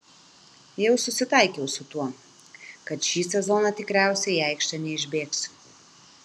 jau susitaikiau su tuo kad šį sezoną tikriausiai į aikštę neišbėgsiu